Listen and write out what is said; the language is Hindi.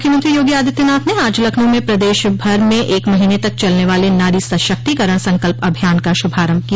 मुख्यमंत्री योगी आदित्यनाथ ने आज लखनऊ में प्रदेश भर में एक महीने तक चलने वाले नारी सशक्तिकरण संकल्प अभियान का शुभारम्भ किया